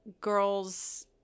girls